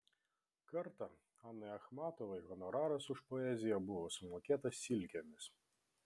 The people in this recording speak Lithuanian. kartą anai achmatovai honoraras už poeziją buvo sumokėtas silkėmis